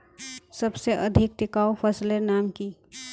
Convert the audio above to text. सबसे अधिक टिकाऊ फसलेर नाम की?